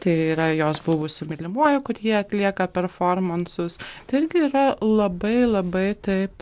tai yra jos buvusiu mylimuoju kur jie atlieka performansus taigi yra labai labai taip